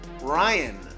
Ryan